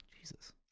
Jesus